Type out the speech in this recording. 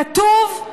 כתוב: